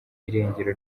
irengero